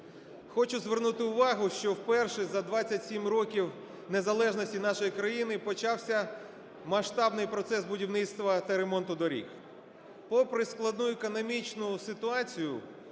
Хочу звернути увагу, що вперше за 27 років незалежності нашої країни, почався масштабний процес будівництва та ремонту доріг. Попри складну економічну ситуацію,